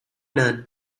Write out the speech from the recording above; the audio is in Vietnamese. nên